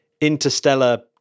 interstellar